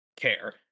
care